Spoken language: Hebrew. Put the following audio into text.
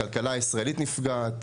הכלכלה הישראלית נפגעת,